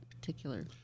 particular